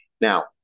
Now